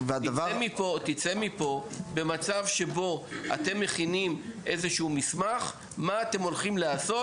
תצא מפה במצב שבו אתם מכינים איזשהו מסמך על מה אתם הולכים לעשות,